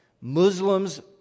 Muslims